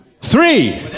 three